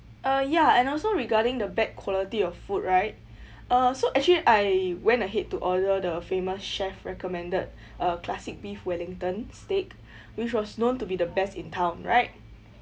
uh ya and also regarding the bad quality of food right uh so actually I went ahead to order the famous chef recommended uh classic beef wellington steak which was known to be the best in town right